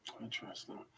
interesting